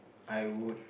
I would